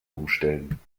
umstellen